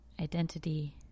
identity